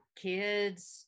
kids